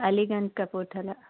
Aliganj Kapurthala